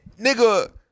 nigga